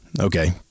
Okay